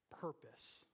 purpose